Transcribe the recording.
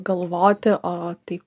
galvoti o tai